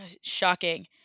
Shocking